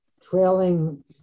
trailing